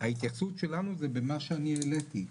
ההתייחסות שלנו זה במה שאני העליתי.